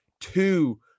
two